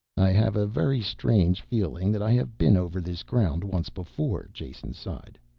i have a very strange feeling that i have been over this ground once before, jason sighed.